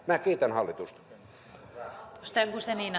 minä kiitän hallitusta